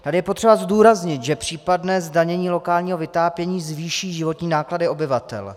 Tady je potřeba zdůraznit, že případné zdanění lokálního vytápění zvýší životní náklady obyvatel.